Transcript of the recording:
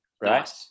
right